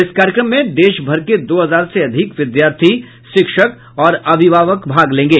इस कार्यक्रम में देश भर के दो हजार से अधिक विद्यार्थी शिक्षक और अभिभावक भाग लेंगे